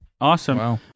Awesome